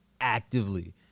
actively